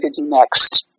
next